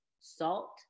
Salt